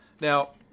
Now